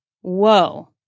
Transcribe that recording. Whoa